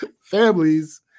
families